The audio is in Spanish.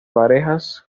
parejas